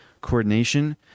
Coordination